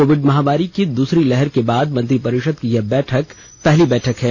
Covid महामारी की दूसरी लहर के बाद मंत्रिपरिषद की यह पहली बैठक है